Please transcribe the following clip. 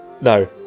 no